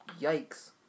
Yikes